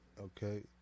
Okay